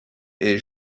est